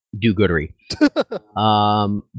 do-goodery